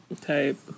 type